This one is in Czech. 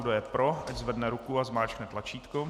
Kdo je pro, ať zvedne ruku a zmáčkne tlačítko.